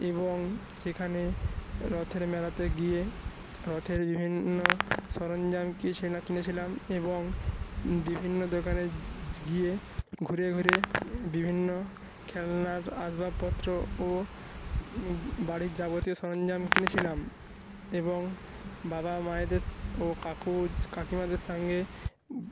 এবং সেখানে রথের মেলাতে গিয়ে রথের বিভিন্ন সরঞ্জাম কিনেছিলাম এবং বিভিন্ন দোকানে গিয়ে ঘুরে ঘুরে বিভিন্ন খেলনার আসবাবপত্র ও বাড়ির যাবতীয় সরঞ্জাম কিনেছিলাম এবং বাবা মায়েদের ও কাকু কাকিমাদের সঙ্গে